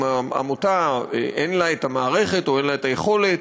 אם לעמותה אין המערכת או אין לה היכולת